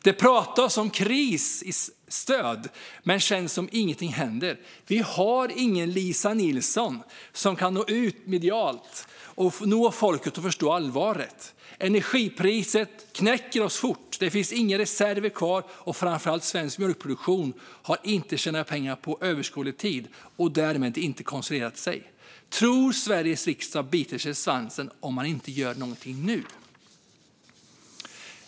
Det pratas om krisstöd, men det känns som om ingenting händer. Vi har ingen Lisa Nilsson som kan nå ut medialt och få folk att förstå allvaret. Energipriset knäcker oss fort. Det finns inga reserver kvar, och framför allt har svensk mjölkproduktion inte tjänat pengar på överskådlig tid och därmed inte konsoliderat sig. Jag tror att Sveriges riksdag biter sig i svansen om man inte gör någonting nu.